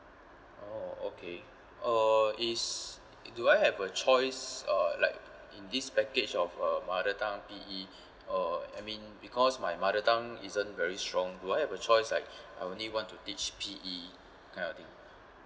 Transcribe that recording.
oh okay uh is do I have a choice uh like in this package of uh mother tongue P_E uh I mean because my mother tongue isn't very strong do I have a choice like I only want to teach P_E kind of thing